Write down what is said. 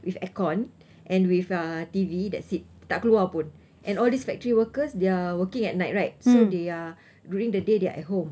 with aircon and with uh T_V that's it tak keluar pun and all these factory workers they are working at night right so they are during the day they are at home